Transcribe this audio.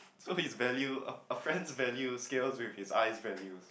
so his value a a friend's value scales with his eyes values